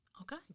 Okay